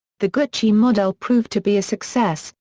the gucci model proved to be a success,